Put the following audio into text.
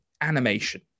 animation